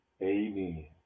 amen